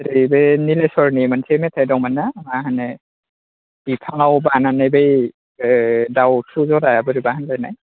जेरै बे निलेस्वरनि मोनसे मेथाय दंमोनना मा होनो बिफाङाव बानानै बै दाउथु जरा बोरैबा होननाय